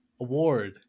award